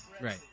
Right